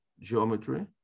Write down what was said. geometry